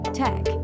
tech